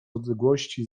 odległości